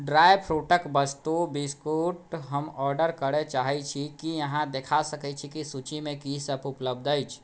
dry फ्रूटके वस्तु biscuit हम ऑर्डर करै चाहै छी की अहाँ देखा सकै छी कि सूचीमे की सब उपलब्ध अछि